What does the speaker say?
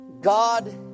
God